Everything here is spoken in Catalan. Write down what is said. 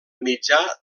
mitjà